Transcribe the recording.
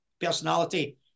personality